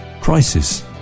crisis